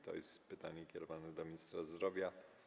To jest pytanie kierowane do ministra zdrowia.